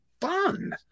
fun